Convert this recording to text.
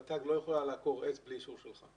רת"ג לא יכולה לעקור עץ בלי אישור שלכם.